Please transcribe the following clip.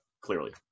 clearly